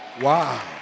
Wow